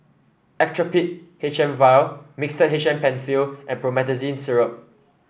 Actrapid H M vial Mixtard H M Penfill and Promethazine Syrup